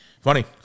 Funny